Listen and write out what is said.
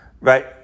right